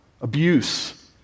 abuse